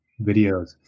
videos